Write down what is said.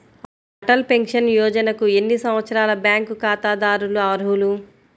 Atal pension యోజనకు ఎన్ని సంవత్సరాల బ్యాంక్ ఖాతాదారులు అర్హులు?